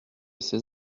ces